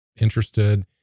interested